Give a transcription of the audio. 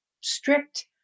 strict